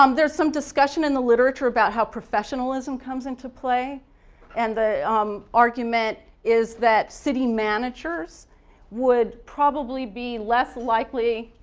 um there's some discussion in the literature about how professionalism comes into play and the um argument is that city managers would probably be less likely,